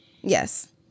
Yes